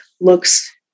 looks